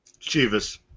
Chivas